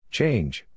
Change